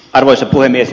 arvoisa puhemies